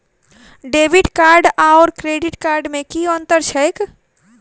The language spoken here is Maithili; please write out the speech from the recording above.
डेबिट कार्ड आओर क्रेडिट कार्ड मे की अन्तर छैक?